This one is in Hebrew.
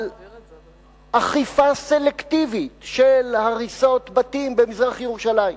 על אכיפה סלקטיבית של הריסות בתים במזרח-ירושלים,